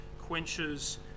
quenches